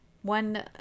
one